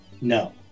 no